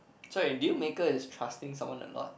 so in deal maker is trusting someone a lot